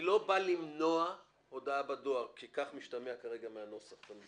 בא למנוע הודעה בדואר, כי כך משתמע כעת בנוסח.